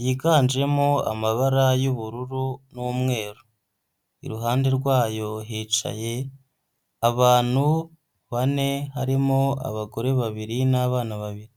yiganjemo amabara y'ubururu n'umweru, iruhande rwayo hicaye abantu bane, harimo abagore babiri n'abana babiri.